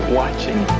watching